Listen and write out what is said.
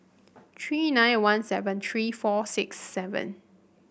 three nine one seven three four six seven